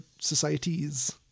societies